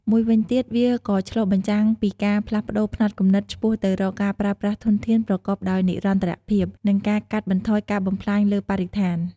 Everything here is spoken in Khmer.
មួយវិញទៀត វាក៏ឆ្លុះបញ្ចាំងពីការផ្លាស់ប្តូរផ្នត់គំនិតឆ្ពោះទៅរកការប្រើប្រាស់ធនធានប្រកបដោយនិរន្តរភាព និងការកាត់បន្ថយការបំផ្លាញលើបរិស្ថាន។